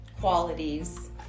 Qualities